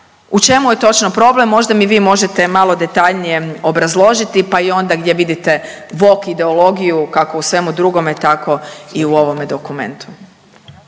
u čemu je točno problem, možda mi vi možete malo detaljnije obrazložiti, pa i onda gdje vidite woke ideologiju kako u svemu drugome tako i u ovome dokumentu.